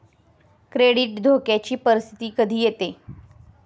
credit धोक्याची परिस्थिती कधी येते